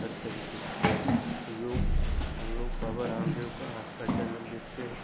हर तरीके से योग हम लोग बाबा रामदेव का आस्था चैनल देखते हैं